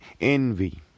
envy